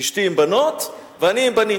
אשתי עם בנות, ואני עם בנים.